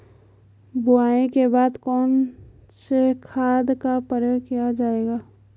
बुआई के बाद कौन से खाद का प्रयोग किया जायेगा?